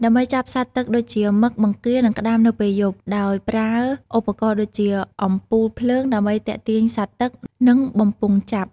ដើម្បីចាប់សត្វទឹកដូចជា មឹក បង្គារ និងក្តាមនៅពេលយប់ ដោយប្រើឧបករណ៍ដូចជា អំពូលភ្លើងដើម្បីទាក់ទាញសត្វទឹក និងបំពង់ចាប់។